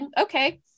okay